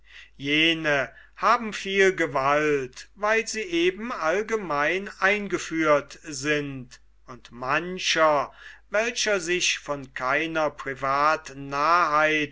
jene haben viel gewalt weil sie eben allgemein eingeführt sind und mancher welcher sich von keiner